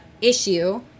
issue